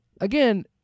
again